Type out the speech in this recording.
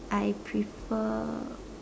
I prefer